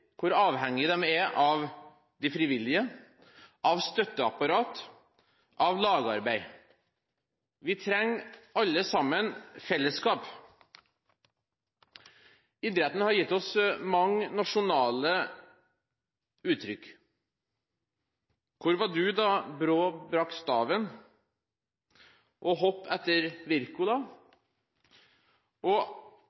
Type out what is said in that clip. hvor avhengig de er av de frivillige, av støtteapparat og av lagarbeid. Vi trenger alle sammen fellesskap. Idretten har gitt oss mange nasjonale uttrykk: «Hvor var du da Brå brakk staven?», og «å hoppe etter